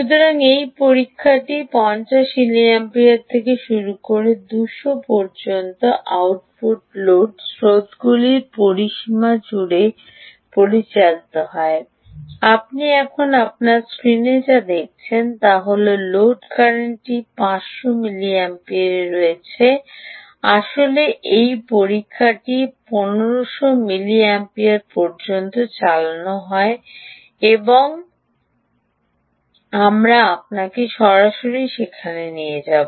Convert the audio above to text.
সুতরাং এই পরীক্ষাটি 50 মিলিঅ্যাম্পিয়ার থেকে শুরু করে 200 পর্যন্ত আউট লোড স্রোতগুলির পরিসীমা জুড়ে পরিচালিত হয়েছিল আপনি এখন আপনার স্ক্রিনে যা দেখছেন তা হল লোড কারেন্টটি 500 মিলিঅ্যাম্পিয়ারে রয়েছে আসলে এই পরীক্ষাটি 1500 মিলিঅ্যাম্পিয়ার পর্যন্ত চালানো হয় এবং আমরা আপনাকে সরাসরি সেখানে নিয়ে যাব